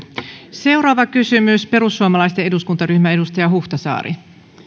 seuraava kysymys perussuomalaisten eduskuntaryhmä edustaja huhtasaari